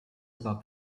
above